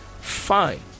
Fine